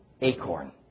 acorn